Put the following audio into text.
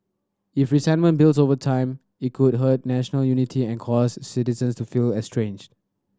if resentment builds over time it could hurt national unity and cause citizens to feel estranged